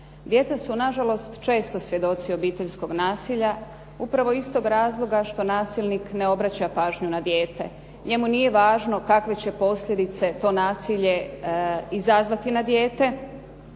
Djeca su nažalost često svjedoci obiteljskog nasilja, upravo iz toga razloga što nasilnik ne obraća pažnju na dijete. Njemu nije važno kakve će posljedice to nasilje izazvati na dijete,